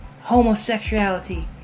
homosexuality